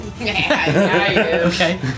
Okay